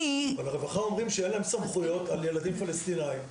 הרווחה אומרים שאין להם סמכויות על ילדים פלסטינאים,